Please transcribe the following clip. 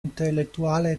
intellettuale